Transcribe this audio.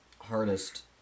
hardest